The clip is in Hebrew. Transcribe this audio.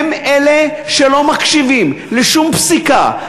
הם אלה שלא מקשיבים לשום פסיקה,